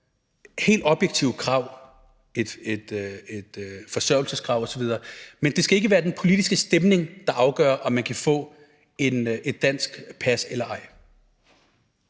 helt objektive krav – et forsørgelseskrav osv. – men det skal ikke være den politiske stemning, der afgør, om man kan få et dansk pas eller ej.